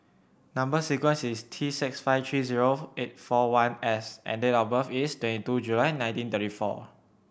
number sequence is T six five three zero eight four one S and date of birth is twenty two July nineteen thirty four